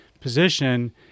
position